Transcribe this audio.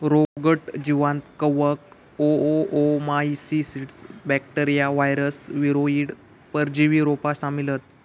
रोगट जीवांत कवक, ओओमाइसीट्स, बॅक्टेरिया, वायरस, वीरोइड, परजीवी रोपा शामिल हत